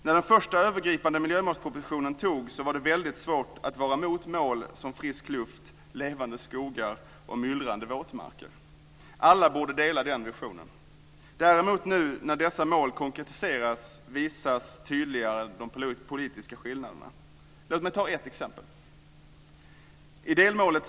När den första övergripande miljömålspropositionen togs var det väldigt svårt att vara emot mål som frisk luft, levande skogar och myllrande våtmarker. Alla borde dela den visionen. Men när dessa mål nu konkretiserats visas tydligare de politiska skillnaderna. Låt mig ta ett exempel.